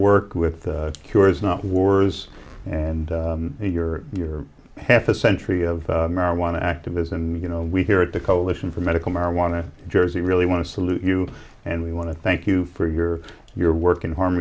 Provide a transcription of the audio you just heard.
work with the cure is not wars and you're you're half a century of marijuana activism and you know we here at the coalition for medical marijuana jersey really want to salute you and we want to thank you for your your work in harm